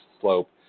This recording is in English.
slope